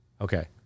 Okay